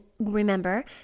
Remember